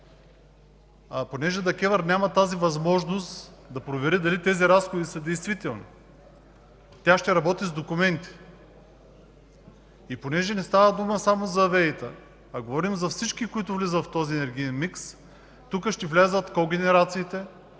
Понеже ДКЕВР няма възможността да провери дали тези разходи са действителни, тя ще работи с документи. И понеже не става дума само за ВЕИ-та, а говорим за всички, които влизат в този енергиен микс, тук ще влязат когенерациите